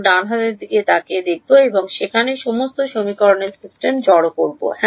আমরা ডান হাতের দিকে তাকিয়ে দেখব এবং সেখানে সমস্ত সমীকরণের সিস্টেম জড়ো করব